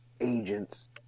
agents